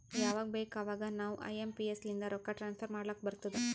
ಯವಾಗ್ ಬೇಕ್ ಅವಾಗ ನಾವ್ ಐ ಎಂ ಪಿ ಎಸ್ ಲಿಂದ ರೊಕ್ಕಾ ಟ್ರಾನ್ಸಫರ್ ಮಾಡ್ಲಾಕ್ ಬರ್ತುದ್